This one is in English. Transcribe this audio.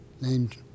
named